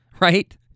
right